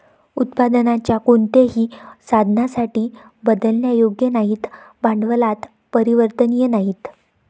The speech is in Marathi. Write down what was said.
उत्पादनाच्या कोणत्याही साधनासाठी बदलण्यायोग्य नाहीत, भांडवलात परिवर्तनीय नाहीत